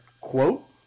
quote